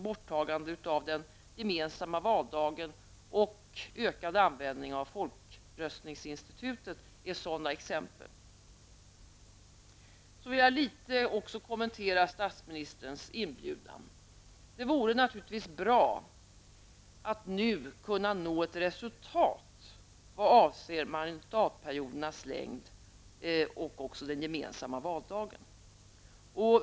Borttagandet av den gemensamma valdagen och ökad användning av folkomröstningsinstitutet är sådana exempel. Så vill jag något kommentera statsministerns inbjudan. Det vore naturligtvis bra att nu kunna nå ett resultat i vad avser mandatperiodens längd och också den gemensamma valdagen.